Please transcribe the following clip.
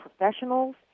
professionals